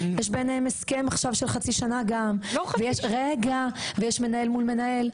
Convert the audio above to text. יש ביניהם הסכם עכשיו של חצי שנה גם ויש מנהל מול מנהל.